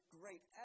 great